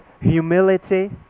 humility